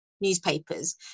newspapers